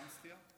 גם שחייה?